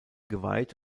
geweiht